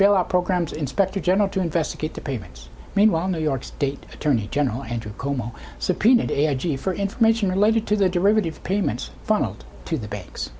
bailout programs inspector general to investigate the payments meanwhile new york state attorney general andrew cuomo subpoenaed energy for information related to the derivative payments funneled to the ba